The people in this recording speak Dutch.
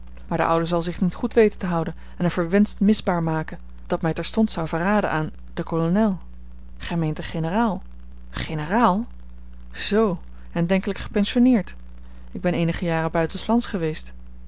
maar de oude zal zich niet goed weten te houden en een verwenscht misbaar maken dat mij terstond zou verraden aan den kolonel gij meent den generaal generaal zoo en denkelijk gepensioneerd ik ben eenige jaren buitenslands geweest